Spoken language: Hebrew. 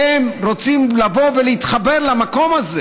הם רוצים לבוא ולהתחבר למקום הזה.